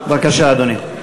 בבקשה, אדוני.